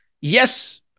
yes